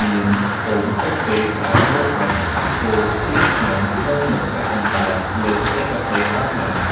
មានហ្វូមតិចពេកដែលធ្វើឱ្យទឹកដោះគោរាវខ្លាំង និងមិនអាចអណ្តែតលើផ្ទៃកាហ្វេបានឡើយ។